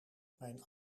mijn